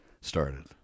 started